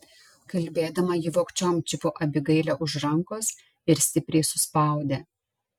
kalbėdama ji vogčiom čiupo abigailę už rankos ir stipriai suspaudė